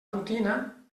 rutina